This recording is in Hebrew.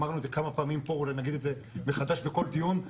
אמרנו את זה כמה פעמים פה ואולי נגיד את זה מחדש בכל דיון,